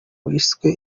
wiswe